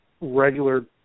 regular